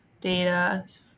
data